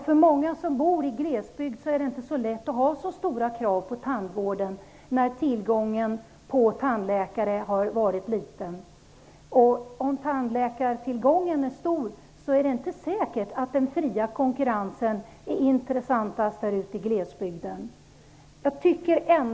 För många som bor i glesbygden är det inte så lätt att ha så stora krav på tandvården när tillgången på tandläkare är liten. Om tillgången på tandläkare är stor är det inte säkert att den fria konkurrensen är intressantast i glesbygden.